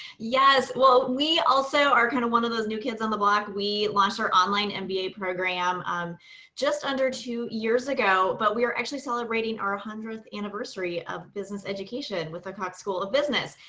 yes, well, we also are kind of one of those new kids on the block. we launched our online and mba program um just under two years ago, ago, but we are actually celebrating our hundredth anniversary of business education with the cox school of business.